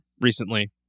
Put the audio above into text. recently